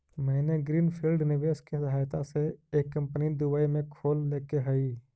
मैंने greenfield निवेश के सहायता से एक कंपनी दुबई में भी खोल लेके हइ